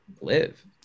live